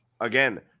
again